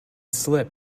slip